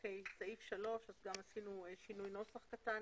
בסעיף 3 יש לנו שינוי נוסח קטן.